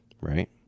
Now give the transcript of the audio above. right